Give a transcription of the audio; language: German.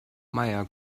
meier